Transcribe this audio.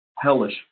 Hellish